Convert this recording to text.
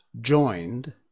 joined